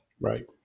Right